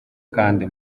kandi